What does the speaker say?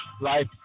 life